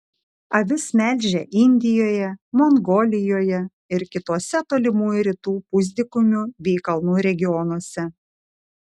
avis melžia indijoje mongolijoje ir kituose tolimųjų rytų pusdykumių bei kalnų regionuose